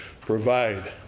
provide